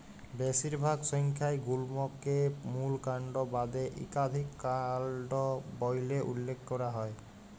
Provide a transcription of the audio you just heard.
বেশিরভাগ সংখ্যায় গুল্মকে মূল কাল্ড বাদে ইকাধিক কাল্ড ব্যইলে উল্লেখ ক্যরা হ্যয়